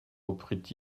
reprit